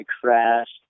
crashed